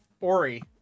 Ori